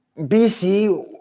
BC